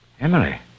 Emily